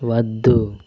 వద్దు